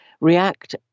React